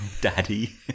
Daddy